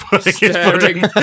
staring